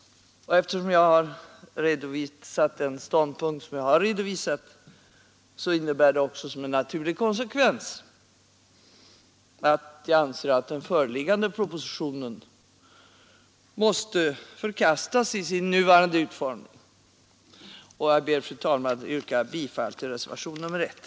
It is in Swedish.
Eftersom jag har intagit den ståndpunkt som jag nu redovisat, följer därav som en naturlig konsekvens att jag anser att den föreliggande propositionen måste förkastas i sin nuvarande utformning. Jag ber, fru talman, att få yrka bifall till reservationen 1.